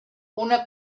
una